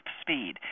speed